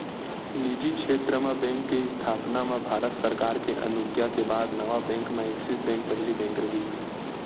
निजी छेत्र म बेंक के इस्थापना म भारत सरकार के अनुग्या के बाद नवा बेंक म ऐक्सिस बेंक पहिली बेंक रिहिस